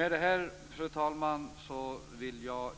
Med detta, fru talman,